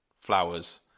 Flowers